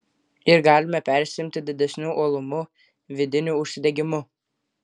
ir galime persiimti didesniu uolumu vidiniu užsidegimu